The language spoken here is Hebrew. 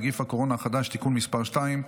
נגיף הקורונה החדש) (תיקון מס' 2)